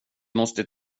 måste